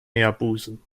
meerbusen